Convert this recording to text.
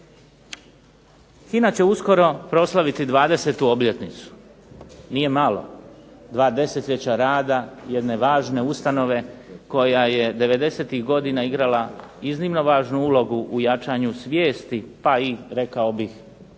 HINA će uskoro proslaviti 20. obljetnicu. Nije malo dva desetljeća rada jedne važne ustanove koja je 90-ih godina igrala iznimno važnu ulogu u jačanju svijesti pa i rekao bih